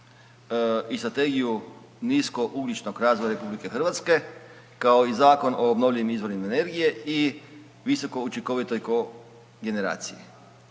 i strategiju niskougljičnog razvoja RH kao i Zakon o obnovljivim izvorima energije i visokoučinkovitoj kogeneraciji.